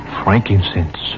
frankincense